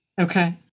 Okay